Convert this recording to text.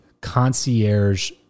concierge